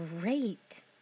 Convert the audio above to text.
great